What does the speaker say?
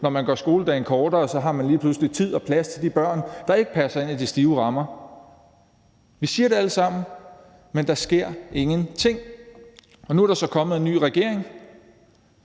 når man gør skoledagen kortere, har man lige pludselig tid og plads til de børn, der ikke passer ind i de stive rammer. Vi siger det alle sammen, men der sker ingenting. Nu er der så kommet en ny regering,